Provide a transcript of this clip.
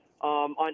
on